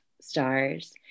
stars